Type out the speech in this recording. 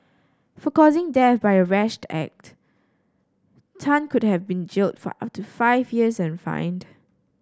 for causing death by a rash act Tan could have been jailed for up to five years and fined